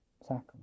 sacrament